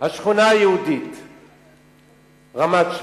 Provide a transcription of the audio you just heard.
השכונה היהודית רמת-שלמה.